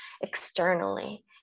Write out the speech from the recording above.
externally